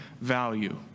value